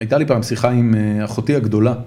הייתה לי פעם שיחה עם אחותי הגדולה.